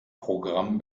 programm